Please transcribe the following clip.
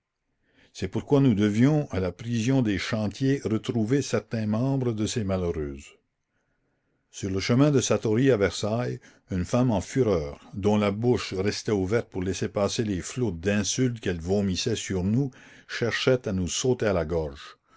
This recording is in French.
c'est pourquoi nous devions à la prison des chantiers retrouver certain membre de ces malheureuses la commune sur le chemin de satory à versailles une femme en fureur dont la bouche restait ouverte pour laisser passer les flots d'insultes qu'elle vomissait sur nous cherchait à nous sauter à la gorge